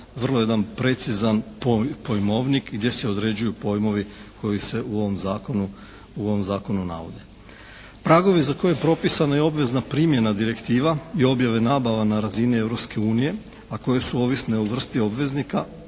vrlo jedan precizan pojmovnik gdje se određuju pojmovi koji se u ovom zakonu navode. Pragovi za koje je propisana i obvezna primjena direktiva i objava nabava na razini Europske unije, a koje su ovisne o vrsti obveznika